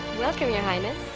welcome, your highness.